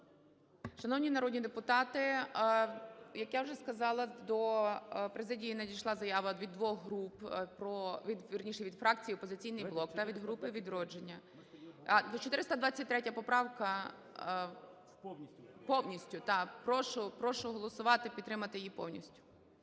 Шановні народні депутати, як я вже сказала, до президії надійшла заява від двох груп, вірніше: від фракції "Опозиційний блок" та від групи "Відродження". 423 поправка – повністю. Прошу голосувати і підтримати її повністю.